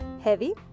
heavy